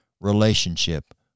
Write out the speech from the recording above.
relationship